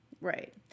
Right